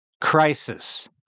crisis